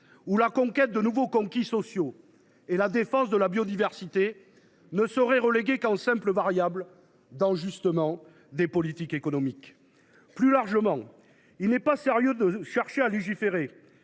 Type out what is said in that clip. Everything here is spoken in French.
où la conquête de nouveaux acquis sociaux et la défense de la biodiversité seraient reléguées en simples variables d’ajustement des politiques économiques. Plus largement, il n’est pas sérieux de chercher à légiférer